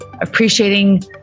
appreciating